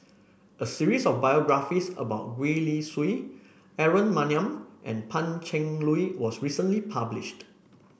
a series of biographies about Gwee Li Sui Aaron Maniam and Pan Cheng Lui was recently published